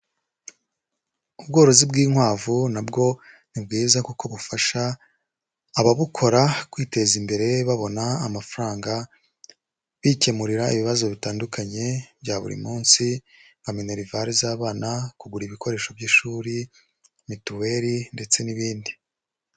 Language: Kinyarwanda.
Ubworozi bw'inkwavu na bwo ni bwiza kuko bufasha ababukora kwiteza imbere babona amafaranga, bikemurira ibibazo bitandukanye bya buri munsi: nka minerval z'abana, kugura ibikoresho by'ishuri, mituweli ndetse n'ibindi.